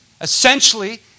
Essentially